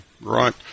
Right